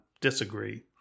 Disagree